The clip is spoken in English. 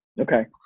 Okay